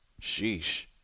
Sheesh